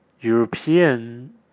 European